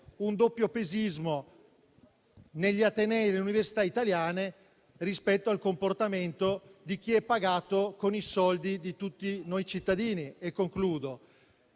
un doppiopesismo negli atenei e nelle università italiane rispetto al comportamento di chi è pagato con i soldi di tutti noi cittadini. Quando